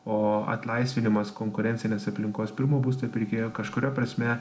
o atlaisvinimas konkurencinės aplinkos pirmo būsto pirkėjui kažkuria prasme